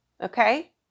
Okay